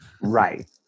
right